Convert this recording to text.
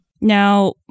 Now